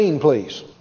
please